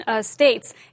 states